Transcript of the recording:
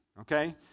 okay